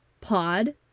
pod